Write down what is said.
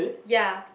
ya